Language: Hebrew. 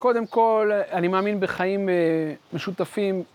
קודם כל, אני מאמין בחיים משותפים.